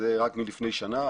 זה רק מלפני שנה,